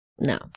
No